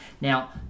Now